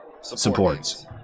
supports